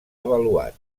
avaluat